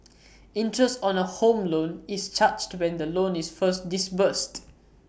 interest on A home loan is charged when the loan is first disbursed